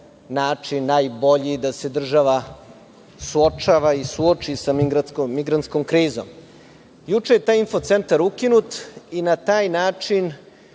način da se država suočava i suoči sa migrantskom krizom. Juče je taj info-centar ukinut i na taj način